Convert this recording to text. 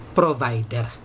provider